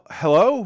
hello